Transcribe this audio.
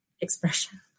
expression